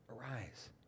arise